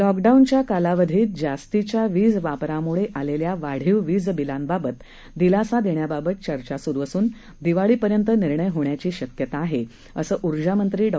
लॉकडाऊनच्या कालावधीत जास्तीच्या वीजवापरामुळे आलेल्या वाढीव वीजबिलांबाबत दिलासा देण्याबाबत चर्चा सुरु असून दिवाळीपर्यंत निर्णय होण्याची शक्यता आहे असं ऊर्जामंत्री डॉ